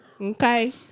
Okay